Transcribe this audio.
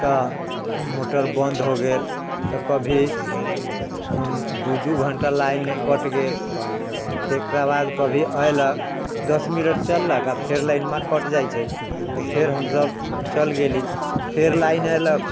तऽ मोटर बंद हो गेल तऽ कभी दू दू घंटा लाइन कट गेल एकरा बाद कभी अयलक दस मिनट चललक आ फिर लाइनबा कट जाइ छै तऽ फिर हमसब चल गेली फिर लाइन अयलक